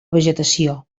vegetació